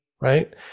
right